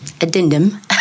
addendum